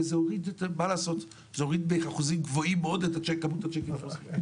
וזה הוריד באחוזים גבוהים מאוד את כמות הצ'קים החוזרים.